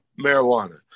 marijuana